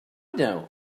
know